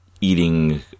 eating